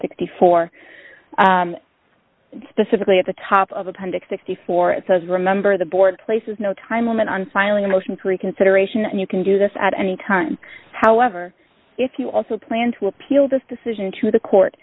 sixty four specifically at the top of appendix sixty four dollars it says remember the board places no time limit on filing a motion for reconsideration and you can do this at any time however if you also plan to appeal this decision to the court